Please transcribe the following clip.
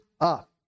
up